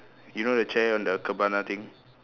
you know the chair on the cabana thing